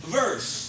verse